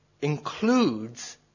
includes